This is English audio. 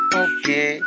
okay